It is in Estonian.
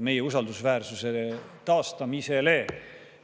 meie usaldusväärsuse taastamisele.